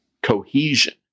cohesion